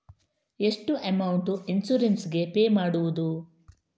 ಎಷ್ಟು amount insurance ಗೇ pay ಮಾಡುವುದು?